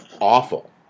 awful